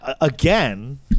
again